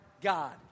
God